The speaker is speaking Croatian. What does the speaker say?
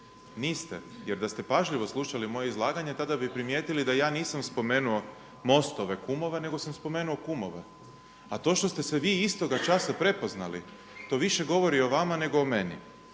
Niste, jer da ste pažljivo slušali moje izlaganje, tada bi primijetili da ja nisam spomenuo MOST-ove kumove nego sam spomenuo kumove. A to što ste se vi istoga časa prepoznali, to više govori o vama nego o meni.